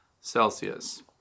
celsius